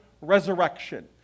resurrection